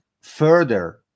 further